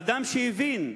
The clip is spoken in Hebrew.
אדם שהבין,